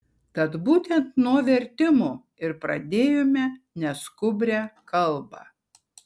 tad būtent nuo vertimų ir pradėjome neskubrią kalbą